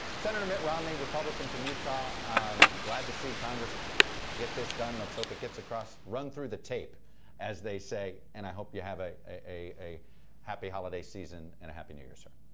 senator mitt romney, republican from utah, i'm glad to see congress get this done. let's hope it gets across, run through the tape as they say, and i hope you have a a happy holiday season and happy new year, sir.